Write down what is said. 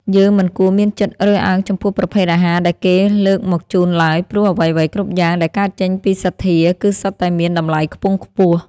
យើងមិនគួរមានចិត្តរើសអើងចំពោះប្រភេទអាហារដែលគេលើកមកជូនឡើយ ព្រោះ អ្វីៗគ្រប់យ៉ាងដែលកើតចេញពីសទ្ធា គឺសុទ្ធតែមានតម្លៃខ្ពង់ខ្ពស់។